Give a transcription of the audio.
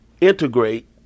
integrate